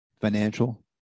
financial